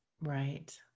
Right